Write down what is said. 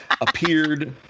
Appeared